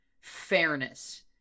fairness